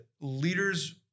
leaders